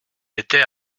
était